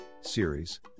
series